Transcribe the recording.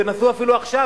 תנסו אפילו עכשיו,